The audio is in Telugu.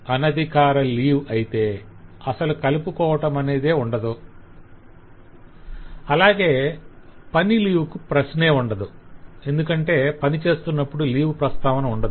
అది అనధికార లీవ్ అయితే అసలు కలుపుకోవటమనేదే ఉండదు అలాగే పని లీవ్ కు ప్రశ్నే ఉండదు ఎందుకంటే పని చేస్తున్నప్పుడు లీవ్ ప్రస్తావన ఉండదు